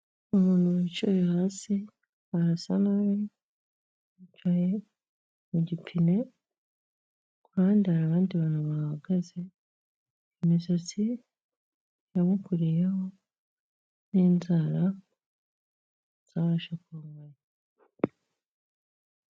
Umuntu wicaye hasi arasa nabi yicaye mu gipine ku ruhande hari abandi bantu bahagaze, imisatsi yamukuriyeho n'inzara zarashokonkoye.